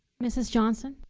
mrs. johnson.